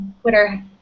Twitter